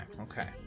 okay